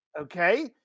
okay